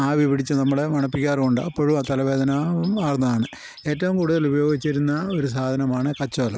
ആവി പിടിച്ച് നമ്മുടെ മണപ്പിക്കാറുമുണ്ട് അപ്പോഴും ആ തലവേദന മാറുന്നതാണ് ഏറ്റവും കൂടുതൽ ഉപയോഗിച്ചിരുന്ന ഒരു സാധനമാണ് കച്ചോലം